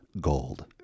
gold